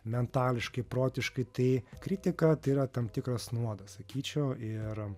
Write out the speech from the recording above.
metališkai protiškai tai kritika tai yra tam tikras nuodas sakyčiau ir